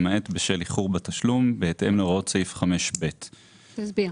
למעט בשל איחור בתשלום בהתאם להוראות סעיף 5ב. תסביר.